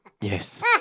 Yes